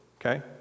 Okay